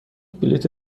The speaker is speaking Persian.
بلیت